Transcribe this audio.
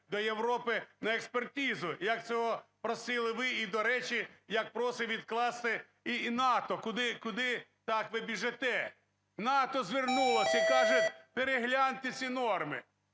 до Європи на експертизу, як цього просили ви, і, до речі, як просить відкласти і НАТО, куди так ви біжите? НАТО звернулося і каже: перегляньте ці норми.